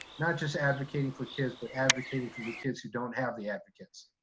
not just advocating for kids, but advocating for the kids who don't have the advocates.